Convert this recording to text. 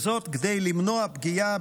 וזאת כדי למנוע פגיעה